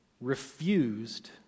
refused